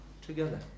together